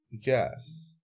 Yes